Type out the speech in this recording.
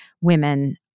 women